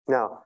Now